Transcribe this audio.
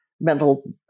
mental